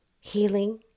Healing